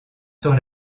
sur